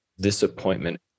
disappointment